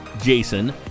Jason